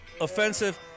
offensive